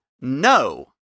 no